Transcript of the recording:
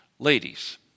Ladies